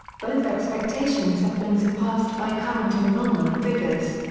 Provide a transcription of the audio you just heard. both expectations have been surpassed by current enrollment figures.